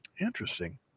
Interesting